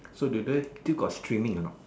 so do they still got streaming a not